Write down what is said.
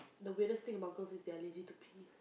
the greatest thing about girls is that they're lazy to pee